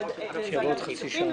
לוועדת הכספים,